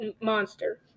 monster